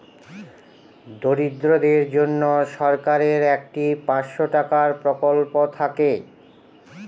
দরিদ্রদের জন্য সরকারের একটি পাঁচশো টাকার প্রকল্প থাকে